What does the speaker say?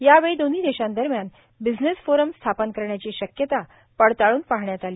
यावेळी दोन्ही देशांदरम्यान बिझनेस फोरम स्थापन करण्याची शक्यता पडताळून पाहण्यात आली